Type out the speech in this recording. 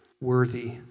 worthy